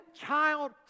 child